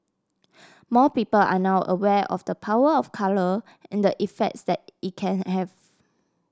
more people are now aware of the power of colour and the effects that it can have